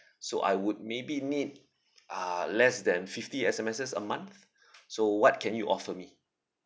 so I would maybe need uh less than fifty S_M_Ses a month so what can you offer me